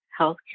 healthcare